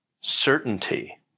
certainty